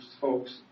folks